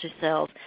cells